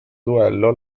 duello